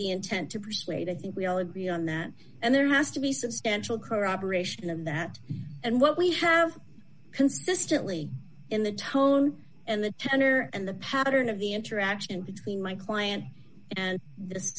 the intent to persuade i think we all agree on that and there has to be substantial corroboration of that and what we have consistently in the tone and the tenor and the pattern of the interaction between my client and th